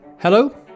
Hello